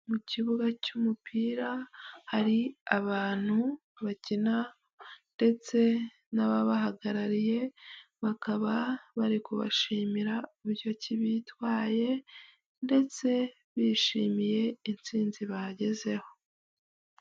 Mu kibuga cy'umupira, hari abantu bakina ndetse n'ababahagarariye, bakaba bari kubashimira uburyo ki bitwaye ndetse bishimiye intsinzi bagezeho.